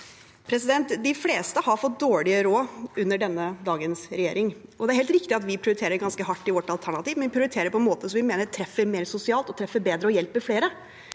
De fleste har fått dårligere råd under dagens regjering, og det er helt riktig at vi prioriterer ganske hardt i vårt alternativ, men vi prioriterer på en måte som vi mener treffer mer sosialt, og som treffer bedre og hjelper flere.